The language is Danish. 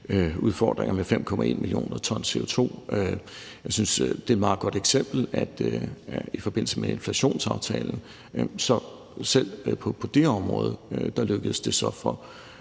klimaudfordringer med 5,1 mio. t CO2. Jeg synes, at det er et meget godt eksempel i forbindelse med inflationsaftalen. Så selv på det område lykkedes det for